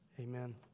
Amen